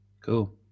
Cool